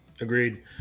agreed